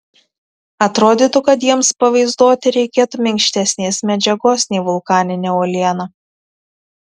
atrodytų kad jiems pavaizduoti reikėtų minkštesnės medžiagos nei vulkaninė uoliena